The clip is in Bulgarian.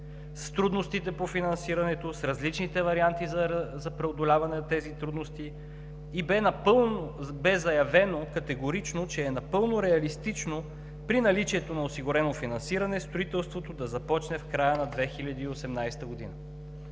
с трудностите по финансирането, с различните варианти за преодоляването им и категорично бе заявено, че е напълно реалистично при наличието на осигурено финансиране строителството да започне в края на 2018 г.